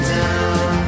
down